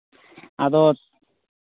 ᱟᱫᱚ